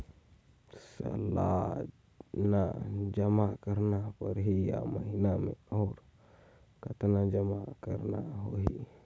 सालाना जमा करना परही या महीना मे और कतना जमा करना होहि?